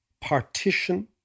partition